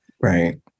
Right